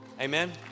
Amen